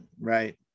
right